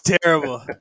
terrible